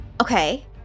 Okay